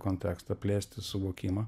kontekstą plėsti suvokimą